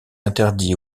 interdit